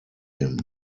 him